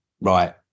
right